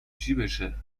جیبشه